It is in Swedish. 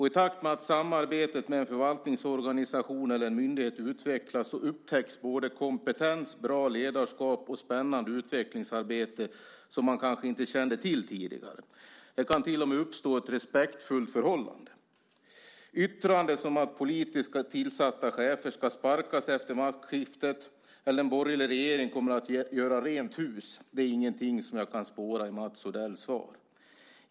I takt med att samarbetet med en förvaltningsorganisation eller en myndighet utvecklas upptäcks både kompetens, bra ledarskap och spännande utvecklingsarbete som man kanske inte kände till tidigare. Det kan till och med uppstå ett respektfullt förhållande. Yttranden som att politiskt tillsatta chefer ska sparkas efter maktskiftet eller att en borgerlig regering kommer att göra rent hus är inget som jag kan spåra i Mats Odells svar.